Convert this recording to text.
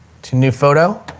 to new photo,